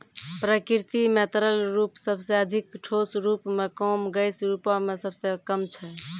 प्रकृति म तरल रूप सबसें अधिक, ठोस रूपो म कम, गैस रूपो म सबसे कम छै